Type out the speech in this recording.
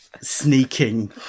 sneaking